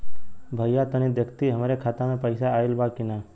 भईया तनि देखती हमरे खाता मे पैसा आईल बा की ना?